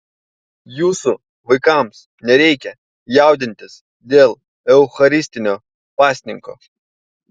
jūsų vaikams nereikia jaudintis dėl eucharistinio pasninko